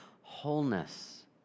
wholeness